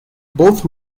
both